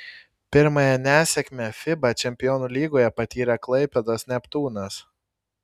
pirmąją nesėkmę fiba čempionų lygoje patyrė klaipėdos neptūnas